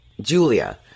Julia